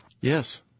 Yes